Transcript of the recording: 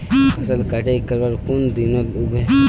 फसल कटाई करवार कुन दिनोत उगैहे?